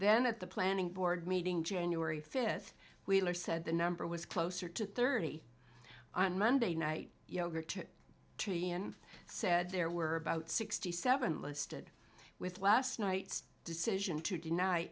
then at the planning board meeting january fifth wheeler said the number was closer to thirty on monday night yogurt trillian said there were about sixty seven listed with last night's decision to